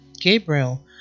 Gabriel